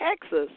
Texas